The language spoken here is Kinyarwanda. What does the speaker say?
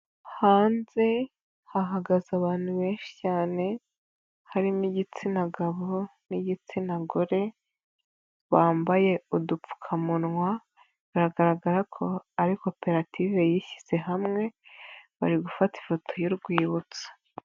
Hanze hahagaze abantu benshi cyane, harimo igitsina gabo n'igitsina gore, bambaye udupfukamunwa, biragaragara ko ari koperative yishyize hamwe bari gufata ifoto y'urwibutso.